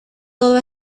todo